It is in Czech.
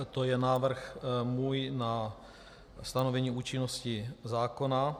To je návrh můj na stanovení účinnosti zákona.